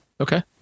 Okay